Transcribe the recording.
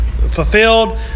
fulfilled